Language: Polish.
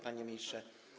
Panie Ministrze!